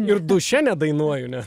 ir duše nedainuoju ne